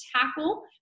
tackle